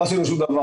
לא עשינו דבר.